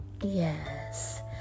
yes